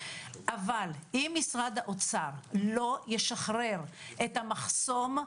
אבל אם משרד האוצר לא ישחרר את המחסום,